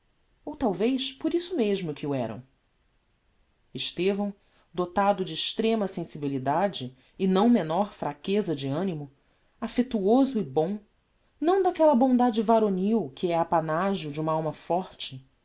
ou talvez por isso mesmo que o eram estevão dotado de extrema sensibilidade e não menor fraqueza de animo affectuoso e bom não daquella bondade varonil que é apanagio de uma alma forte